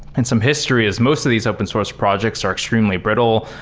and some history is most of these open source projects are extremely brittle.